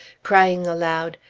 crying aloud,